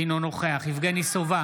אינו נוכח יבגני סובה,